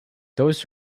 those